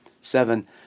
seven